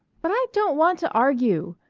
but i don't want to argue.